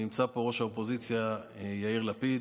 נמצא פה ראש האופוזיציה יאיר לפיד,